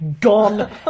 gone